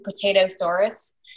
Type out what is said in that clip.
potato-saurus